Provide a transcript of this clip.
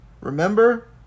Remember